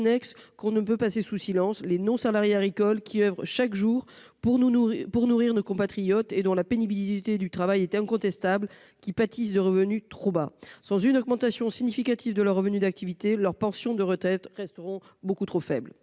l'on ne peut passer sous silence : les non-salariés agricoles oeuvrant chaque jour pour nourrir nos compatriotes, dont la pénibilité du travail est incontestable, pâtissent de revenus trop bas. Sans une augmentation significative de leurs revenus d'activité, leurs pensions de retraite resteront beaucoup trop faibles.